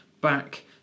back